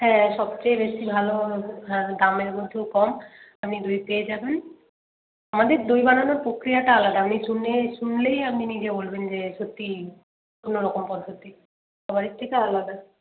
হ্যাঁ সবচেয়ে বেশি ভালো হ্যাঁ দামের মধ্যেও কম আপনি দই পেয়ে যাবেন আমাদের দই বানানোর প্রক্রিয়াটা আলাদা আপনি শুনেই শুনলেই আপনি নিজে বলবেন যে সত্যিই অন্য রকম পদ্ধতি সবারির থিকে আলাদা